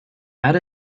add